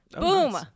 Boom